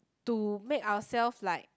to make ourselves like